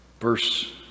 verse